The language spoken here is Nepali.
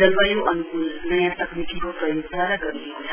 जलवायु अन्कूल नयाँ तकनिकीको प्रयोगद्वारा गरिएको छ